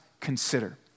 consider